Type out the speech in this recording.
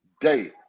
day